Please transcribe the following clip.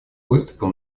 выступил